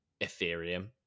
Ethereum